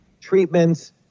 treatments